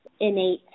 innate